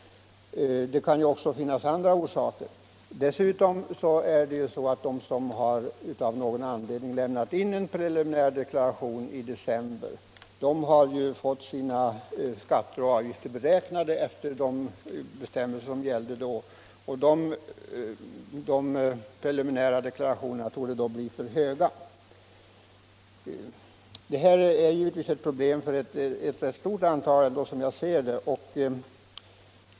Det kan naturligtvis också finnas andra orsaker. Dessutom har de som av någon anledning har lämnat in en preliminär deklaration i december förra året fått sina skatter och avgifter beräknade efter de bestämmelser som gällde då, och de preliminära deklarationerna torde då bli för höga. Detta är givetvis ett problem för ett stort antal människor.